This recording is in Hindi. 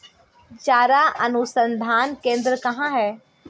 चारा अनुसंधान केंद्र कहाँ है?